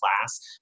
class